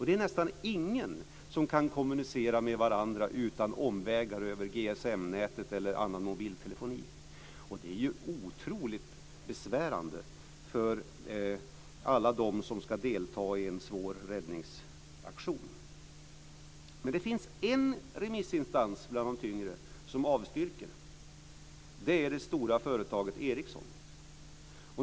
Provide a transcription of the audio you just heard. Det är nästan inga som kan kommunicera med varandra utan omvägar över GSM-nätet eller annan mobiltelefoni. Det är otroligt besvärande för alla dem som ska delta i en svår räddningsauktion. Men det finns en remissinstans bland de tyngre som avstyrker. Det är det stora företaget Ericsson.